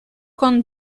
con